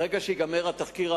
ברגע שייגמר התחקיר,